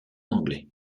anglais